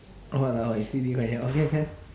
!walao! eh silly quite hiong okay ah can